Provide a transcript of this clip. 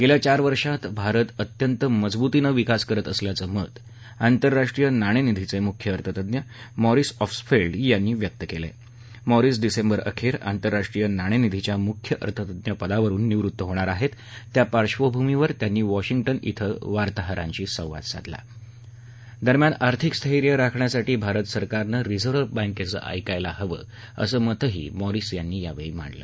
गस्वा चार वर्षांत भारत अत्यंत मजबूतीनं विकास करत असल्याचं मत आंतरराष्ट्रीय नाणत्तिधीचच्चिख्य अर्थतज्ञ मॉरीस ऑब्स्फळ्डि यांनी व्यक्त कळ आह जॉरीस डिसेंबर अख आंतरराष्ट्रीय नाणत्तिधीच्या मुख्य अर्थतज्ञ पदावरून निवृत्त होणार आहस त्यापार्श्वभूमीवर त्यांनी वॉशिंग उ इथ वार्ताहरांशी सवाद साधला दरम्यान आर्थिक स्थैर्य राखण्यासाठी भारत सरकारन रिझर्व्ह बँक्खी ऐकायला हव अस मतही मॉरीस यांनी यावळी मांडलं